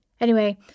Anyway